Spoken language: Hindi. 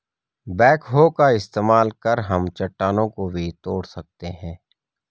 बैकहो का इस्तेमाल कर हम चट्टानों को भी तोड़ सकते हैं